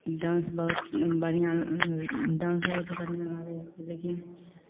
dance बहुत बढ़िआँ dance बहुत बढ़िआँ आबै हइ लेकिन